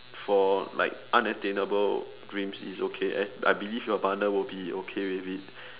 for like unattainable dreams is okay as I believe your partner will be okay with it